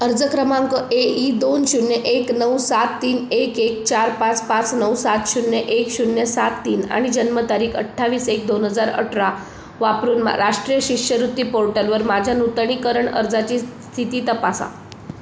अर्ज क्रमांक A E दोन शून्य एक नऊ सात तीन एक एक चार पाच पाच नऊ सात शून्य एक शून्य सात तीन आणि जन्मतारीख अठ्ठावीस एक दोन हजार अठरा वापरून म राष्ट्रीय शिष्यवृत्ती पोर्टलवर माझ्या नूतनीकरण अर्जाची स्थिती तपासा